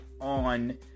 on